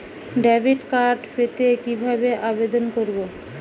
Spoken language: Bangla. ডেবিট কার্ড পেতে কিভাবে আবেদন করব?